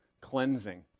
cleansing